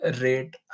rate